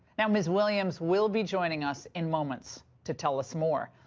now miss williams will be joining us and moments to tell us more.